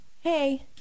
hey